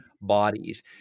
bodies